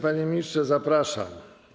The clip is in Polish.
Panie ministrze, zapraszam.